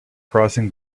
crossing